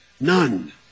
none